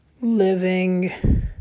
living